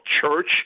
church